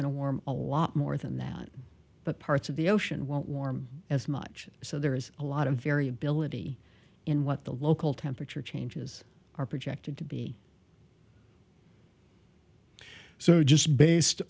to warm a lot more than that but parts of the ocean won't warm as much so there is a lot of variability in what the local temperature changes are projected to be so just based